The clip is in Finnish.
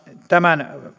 tämän